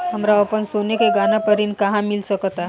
हमरा अपन सोने के गहना पर ऋण कहां मिल सकता?